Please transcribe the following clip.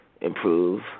improve